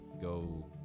go